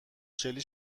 چلی